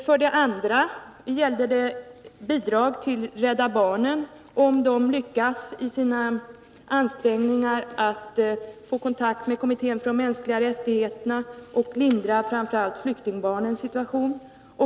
Min andra fråga gällde bidrag till Rädda barnen, om organisationen lyckas i sina ansträngningar att få kontakt med kommittén för de mänskliga rättigheterna och att lindra framför allt flyktingbarnens situation.